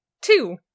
Two